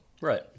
Right